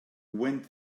went